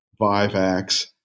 vivax